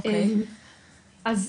אז,